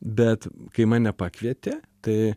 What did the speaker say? bet kai mane pakvietė tai